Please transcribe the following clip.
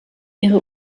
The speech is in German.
ihre